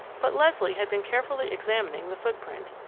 but leslie had been carefully examining the footprint.